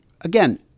again